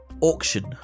Auction